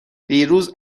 دیروز